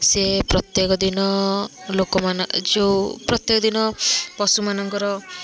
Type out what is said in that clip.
ସିଏ ପ୍ରତ୍ୟେକ ଦିନ ଲୋକମାନେ ଯୋଉ ପ୍ରତ୍ୟେକ ଦିନ ପଶୁମାନଙ୍କର